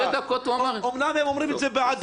אמנם הם אומרים את זה בעדינות,